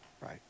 right